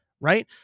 right